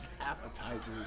appetizers